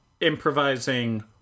improvising